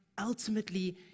ultimately